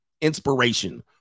Inspiration